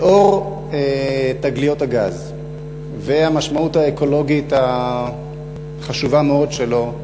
לאור תגליות הגז והמשמעות האקולוגית החשובה מאוד שלו,